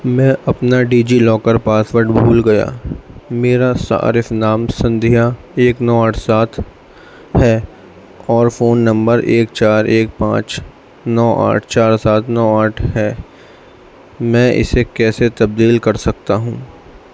میں اپنا DigiLocker password بھول گیا میرا صارف نام سندھیا ایک نو آٹھ سات ہے اور فون نمبر ایک چار ایک پانچ نو آٹھ چار سات نو آٹھ ہے میں اسے کیسے تبدیل کر سکتا ہوں